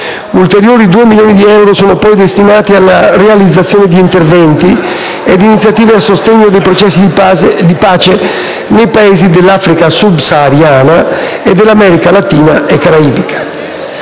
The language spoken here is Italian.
Ulteriori due milioni di euro sono poi destinati alla realizzazione di interventi ed iniziative a sostegno dei processi di pace nei Paesi dell'Africa subsahariana e dell'America latina e caraibica.